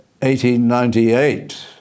1898